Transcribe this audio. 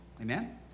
Amen